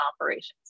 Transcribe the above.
operations